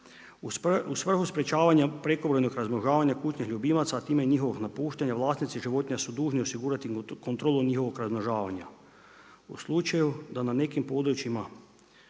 U svrhu sprečavanja prekomjernog razmnožavanja kućnih ljubimaca a time i njihovog napuštanja, vlasnici životinja su dužni osigurati kontrolu njihovog razmnožavanja. U slučaju da na nekim područjima